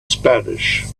spanish